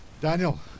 Daniel